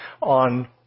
on